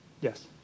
Yes